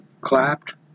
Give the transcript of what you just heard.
clapped